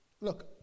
Look